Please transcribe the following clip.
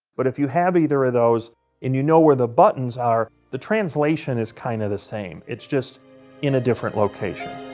but if you have either of those and you know where the buttons are, the translation is kind of the same. it's just in a different location.